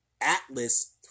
Atlas